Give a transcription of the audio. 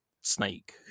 Snake